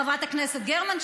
חברת הכנסת גרמן,